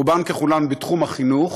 רובן ככולן בתחום החינוך,